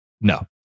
No